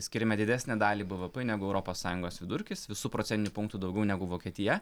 skiriame didesnę dalį bvp negu europos sąjungos vidurkis visu procentiniu punktu daugiau negu vokietija